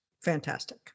Fantastic